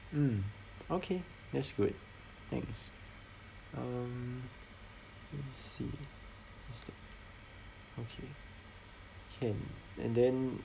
mm okay that's good thanks um let me see is that okay can and then